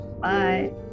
Bye